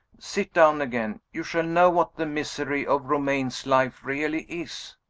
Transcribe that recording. sit down again. you shall know what the misery of romayne's life really is.